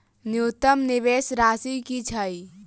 न्यूनतम निवेश राशि की छई?